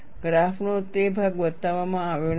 ગ્રાફનો તે ભાગ બતાવવામાં આવ્યો નથી